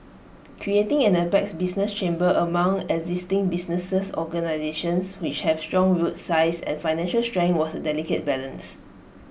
creating an apex business chamber among existing businesses organisations which have strong roots size and financial strength was delicate business